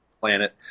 planet